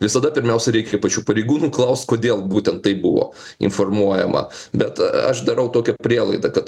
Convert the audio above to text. visada pirmiausia reikia pačių pareigūnų klaust kodėl būtent taip buvo informuojama bet aš darau tokią prielaidą kad